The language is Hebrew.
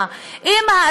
גם הרווחה ולהקדיש לזה,